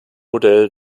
modell